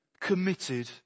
committed